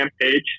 page